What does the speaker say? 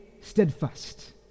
steadfast